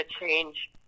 change